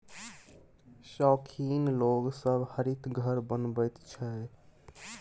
शौखीन लोग सब हरित घर बनबैत छै